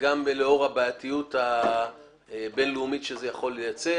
וגם לאור הבעייתיות הבין-לאומית שזה יכול לייצר,